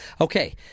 Okay